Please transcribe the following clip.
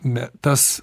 ne tas